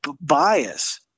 bias